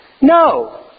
No